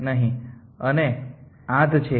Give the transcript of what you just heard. અને પછી 8 છે